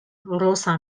rosa